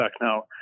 now